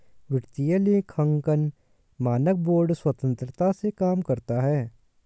वित्तीय लेखांकन मानक बोर्ड स्वतंत्रता से काम करता है